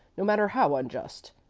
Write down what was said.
no matter how unjust.